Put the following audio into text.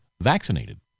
vaccinated